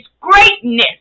greatness